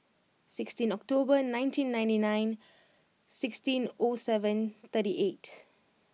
sixteen October nineteen ninety nine sixteen O seven thirty eight